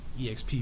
EXP